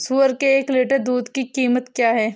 सुअर के एक लीटर दूध की कीमत क्या है?